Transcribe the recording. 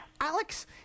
Alex